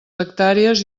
hectàrees